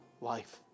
life